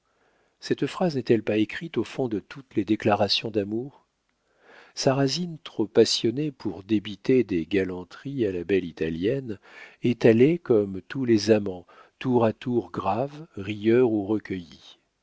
cette phrase n'est-elle pas écrite au fond de toutes les déclarations d'amour sarrasine trop passionné pour débiter des galanteries à la belle italienne était comme tous les amants tour à tour grave rieur ou recueilli